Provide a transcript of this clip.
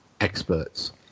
experts